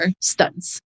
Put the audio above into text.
stunts